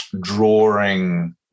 drawing